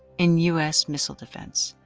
in u s. missile defense.